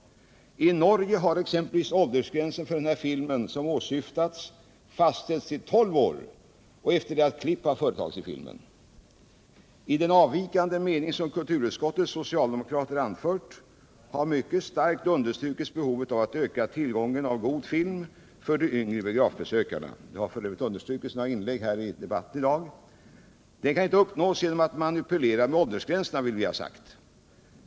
I Norge har exempelvis åldersgränsen för den film som åsyftats fastställts till tolv år — och detta efter att klipp har företagits i filmen. I den avvikande mening som kulturutskottets socialdemokrater anfört har mycket starkt understrukits behovet av att öka tillgången till god film för de yngre biografbesökarna. Det har f.ö. understrukits i några inlägg i debatten här i dag. Detta kan man inte uppnå genom att manipulera med åldersgränserna.